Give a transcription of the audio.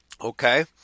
Okay